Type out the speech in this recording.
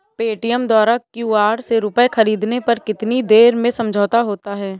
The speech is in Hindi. पेटीएम द्वारा क्यू.आर से रूपए ख़रीदने पर कितनी देर में समझौता होता है?